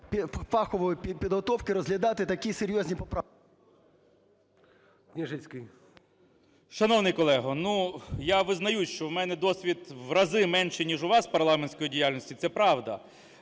Шановний колего, ну, я визнаю, що в мене досвід в рази менше ніж у вас парламентської діяльності – це правда.